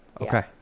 Okay